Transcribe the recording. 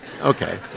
okay